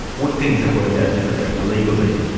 would things have worked out differently, legally,